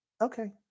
Okay